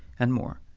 and more.